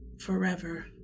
forever